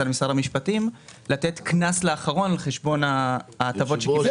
משרד המשפטים לתת קנס לאחרון על חשבון ההטבות שהוא קיבל.